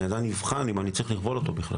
אני עדיין אבחן אם אני צריך לכבול אותו.